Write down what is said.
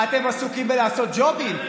אתם עסוקים בלעשות ג'ובים.